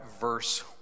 verse